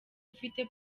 ufite